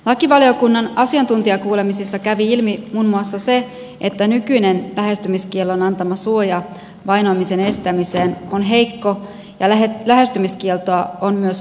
lakivaliokunnan asiantuntijakuulemisissa kä vi ilmi muun muassa se että nykyinen lähestymiskiellon antama suoja vainoamisen estämiseen on heikko ja lähestymiskieltoa on myös vaikea valvoa